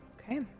Okay